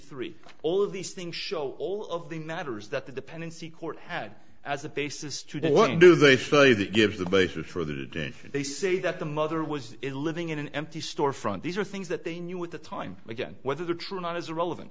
three all these things show all of the matters that the dependency court had as a basis to do what do they show you that gives the basis for the day they say that the mother was ill living in an empty storefront these are things that they knew at the time again whether they're true or not is irrelevant